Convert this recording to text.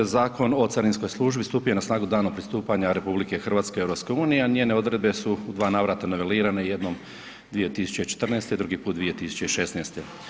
Zakon o carinskoj službi stupio je na snagu danom pristupanja RH EU, a njene odredbe su u 2 navrata nivelirane jednom 2014. drugi put 2016.